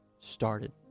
started